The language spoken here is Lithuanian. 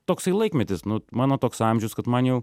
toksai laikmetis nu mano toks amžius kad man jau